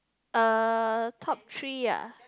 uh top three ah